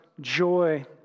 Joy